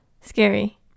scary